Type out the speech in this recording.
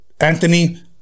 Anthony